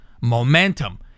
momentum